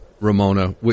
Ramona